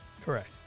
correct